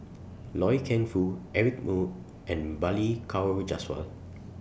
Loy Keng Foo Eric Moo and Balli Kaur Jaswal